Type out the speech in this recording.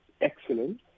excellent